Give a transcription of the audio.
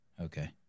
Okay